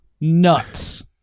Nuts